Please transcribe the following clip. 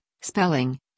spelling